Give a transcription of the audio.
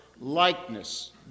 likeness